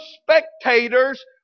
spectators